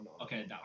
Okay